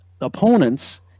opponents